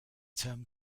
term